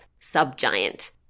subgiant